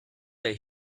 day